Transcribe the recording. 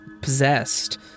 possessed